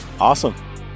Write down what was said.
awesome